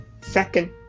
Second